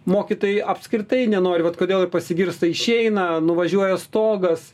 mokytojai apskritai nenori vat kodėl ir pasigirsta išeina nuvažiuoja stogas